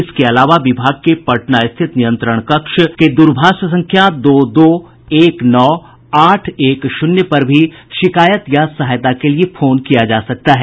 इसके अलावा विभाग के पटना स्थित नियंत्रण कक्ष के द्रभाष संख्या दो दो एक नौ आठ एक शून्य पर भी शिकायत या सहायता के लिये फोन किया जा सकता है